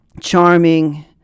charming